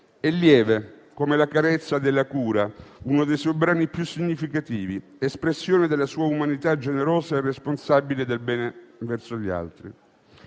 e lieve, come la carezza de «La cura», uno dei suoi brani più significativi, espressione della sua umanità generosa e responsabile del bene verso gli altri.